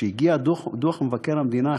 כשהגיע דוח מבקר המדינה,